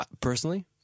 Personally